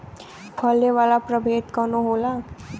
फैले वाला प्रभेद कौन होला?